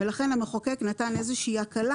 לכן המחוקק נתן איזושהי הקלה